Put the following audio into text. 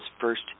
first